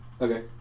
Okay